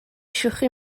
شوخی